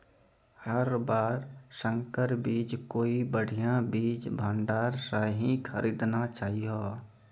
हर बार संकर बीज कोई बढ़िया बीज भंडार स हीं खरीदना चाहियो